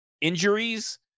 injuries